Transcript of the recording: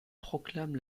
proclame